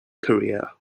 career